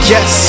Yes